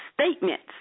statements